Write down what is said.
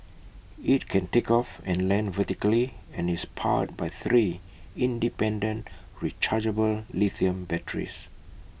IT can take off and land vertically and is powered by three independent rechargeable lithium batteries